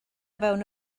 fewn